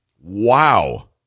Wow